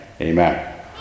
Amen